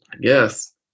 Yes